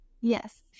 yes